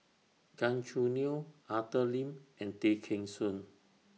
Gan Choo Neo Arthur Lim and Tay Kheng Soon